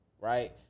right